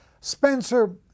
Spencer